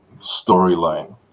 storyline